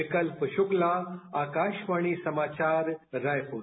विकल्प शुक्ला आकाशवाणी समाचार रायपुर